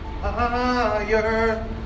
higher